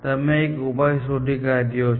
તમે એક ઉપાય શોધી કાઢ્યો છે